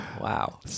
Wow